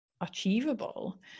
achievable